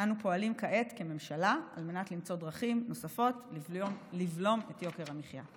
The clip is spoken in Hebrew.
אנו פועלים כעת כממשלה על מנת למצוא דרכים נוספות לבלום את יוקר המחיה.